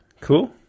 Cool